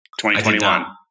2021